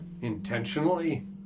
Intentionally